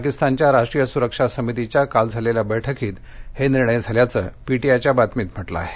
पाकिस्तानच्या राष्ट्रीय सुरक्षा समितीच्या काल झालेल्या बैठकीत हे निर्णय झाल्याचं पी टी आय च्या बातमीत म्हटलं आहे